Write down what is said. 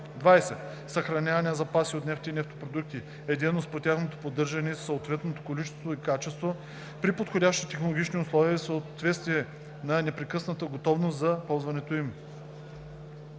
20. „Съхраняване на запаси от нефт и нефтопродукти“ е дейност по тяхното поддържане в съответното количество и качество, при подходящи технологични условия и в състояние на непрекъсната готовност за ползването им.